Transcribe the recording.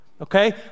okay